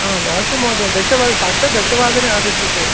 आम् मास्तु महोदय दशवादनं साक्षात् दशवादने आगच्छतु